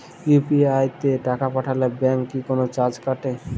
UPI তে টাকা পাঠালে ব্যাংক কি কোনো চার্জ কাটে?